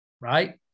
right